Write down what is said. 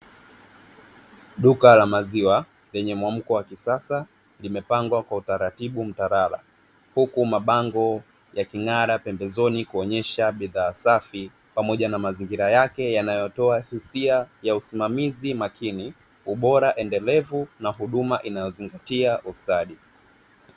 Duka la maziwa lenye muamko wa kisasa limepangwa kwa utaratibu mbarara, huku mabango yaking'ara pembezoni kuonesha bidhaa safi pamoja na mazingira yake, yanayotoa hisia ya usimamizi makini, ubora endelevu na huduma inayozingatia ustadi.